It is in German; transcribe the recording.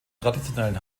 traditionellen